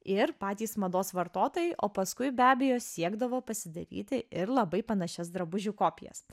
ir patys mados vartotojai o paskui be abejo siekdavo pasidaryti ir labai panašias drabužių kopijas